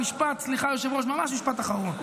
משפט, אדוני היושב-ראש, ממש משפט אחרון.